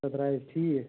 سَہ دَراے حظ ٹھیٖک